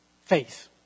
faith